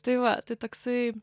tai va tai toksai